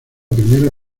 primera